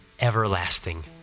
everlasting